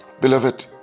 Beloved